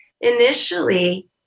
Initially